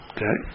Okay